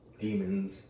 demons